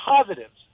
positives